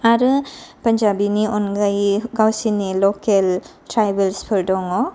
आरो पान्जाबिनि अनगायै गावसिनि लकेल ट्राइबेल्सफोर दङ